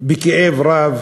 בכאב רב